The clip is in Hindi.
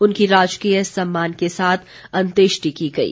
उनकी राजकीय सम्मान के साथ अन्तेष्टि की गई